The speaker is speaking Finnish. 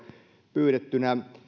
pyydettynä